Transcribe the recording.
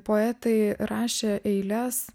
poetai rašė eiles